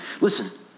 listen